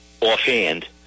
offhand